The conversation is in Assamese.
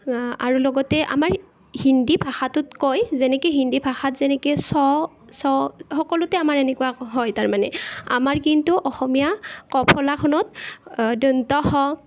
আৰু লগতে আমাৰ হিন্দী ভাষাটোতকৈ যেনেকৈ হিন্দী ভাষাত যেনেকৈ চ চ সকলোতে আমাৰ এনেকুৱা হয় তাৰ মানে আমাৰ কিন্তু অসমীয়া ক ফলাখনত দন্ত্য স